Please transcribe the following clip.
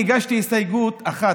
הגשתי הסתייגות אחת.